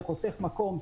זה חוסך מקום,